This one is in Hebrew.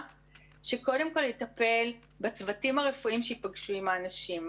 שקודם כל יטפל בצוותים הרפואיים שייפגשו עם האנשים.